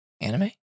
anime